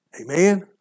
Amen